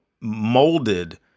molded